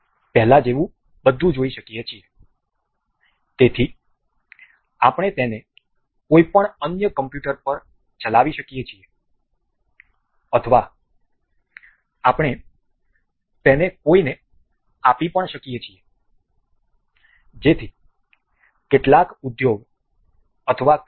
તેથી આપણે તેને કોઈપણ અન્ય કમ્પ્યુટર પર ચલાવી શકીએ છીએ અથવા આપણે તેને કોઈને આપી શકીએ છીએ જેથી કેટલાક ઉદ્યોગ અથવા કંઈપણ